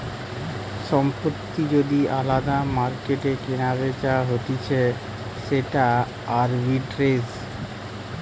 সম্পত্তি যদি আলদা মার্কেটে কেনাবেচা হতিছে সেটা আরবিট্রেজ